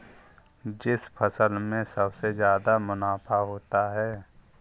किस फसल में सबसे जादा मुनाफा होता है?